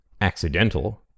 Accidental